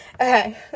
Okay